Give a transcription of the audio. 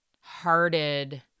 hearted